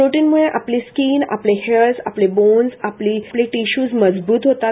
प्रोटिन्सम्ळे आपली स्किन आपले हेअर्स आपले बोन्स आपली टिश्स मजब्त होतात